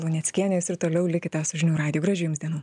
luneckienės ir toliau likite su žinių radiju gražių jums dienos